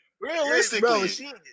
Realistically